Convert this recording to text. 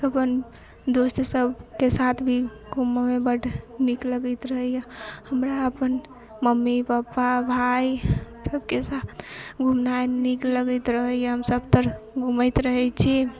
अपन दोस्त सब के साथ भी घूमऽमे बड नीक लगैत रहैया हमरा अपन मम्मी पप्पा भाई सबके साथ घूमनाइ नीक लगैत रहैया हम सब तरफ घूमैत रहै छी